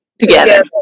together